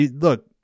look